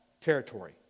territory